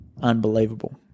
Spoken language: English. unbelievable